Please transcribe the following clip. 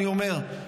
אני אומר,